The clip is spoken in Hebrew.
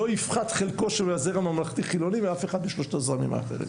לא יפחת חלקו של הזרם הממלכתי-חילוני ואף אחד משלושת הזרמים האחרים.